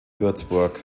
würzburg